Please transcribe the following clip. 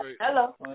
hello